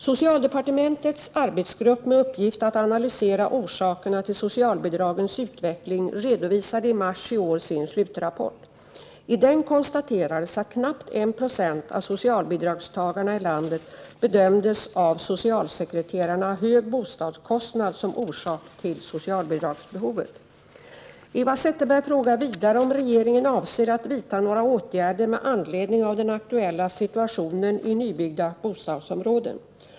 Socialdepartementets arbetsgrupp med uppgift att analysera orsakerna till socialbidragens utveckling redovisade i mars i år sin slutrapport. I den konstaterades att knappt 1 26 av socialbidragstagarna i landet av socialsekreterarna bedömdes ha hög bostadskostnad som orsak till socialbidragsbehovet. Eva Zetterberg frågar vidare om regeringen avser att vidta några åtgärder med anledning av den aktuella situationen i nybyggda bostadsområden.